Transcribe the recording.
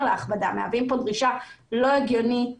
להכבדה הם מהווים כאן דרישה לא הגיונית